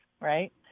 right